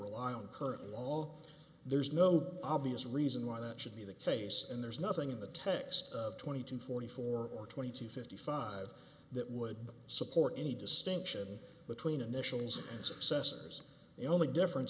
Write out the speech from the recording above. rely on current law there's no obvious reason why that should be the case and there's nothing in the text of twenty to forty four or twenty two fifty five that would support any distinction between initials and successors the only difference